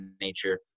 nature